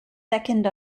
second